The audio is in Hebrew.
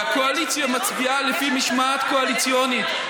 והקואליציה מצביעה לפי משמעת קואליציונית.